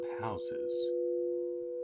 houses